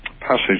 passage